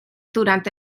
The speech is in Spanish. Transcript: durante